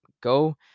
go